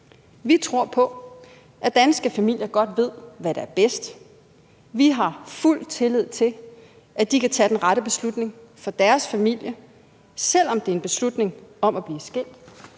Vi tror på, at danske familier godt ved, hvad der er bedst. Vi har fuld tillid til, at de kan tage den rette beslutning for deres familier, selv om det er en beslutning om at blive skilt.